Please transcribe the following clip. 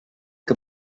que